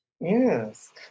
Yes